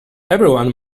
everyone